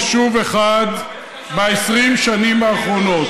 יישוב אחד ב-20 השנים האחרונות.